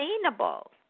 sustainable